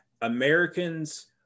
Americans